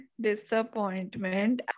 disappointment